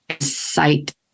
Sight